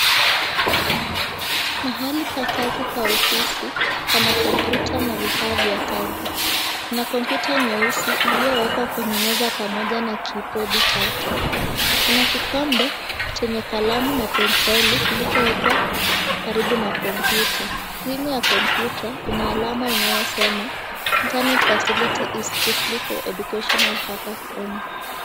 Mahali pa kazi pa ofisi pana kompyuta na vifaa vya kazi. Kuna kompyuta nyeusi iliyowekwa kwenye meza pamoja na keyboard chake. Kuna kikombe chenye kalamu na penseli, kilichowekwa karibu na kompyuta. Screen ya kompyuta ina alama inayosema, "Internet Facility Is Strictly For Educational Purpose Only".